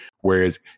whereas